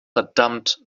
verdammt